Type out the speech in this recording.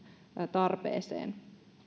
tarpeeseen